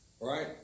Right